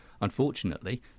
Unfortunately